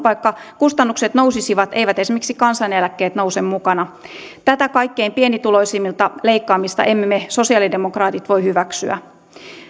vaikka kustannukset nousisivat eivät esimerkiksi kansaneläkkeet nouse mukana tätä kaikkein pienituloisimmilta leikkaamista emme me sosiaalidemokraatit voi hyväksyä